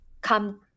come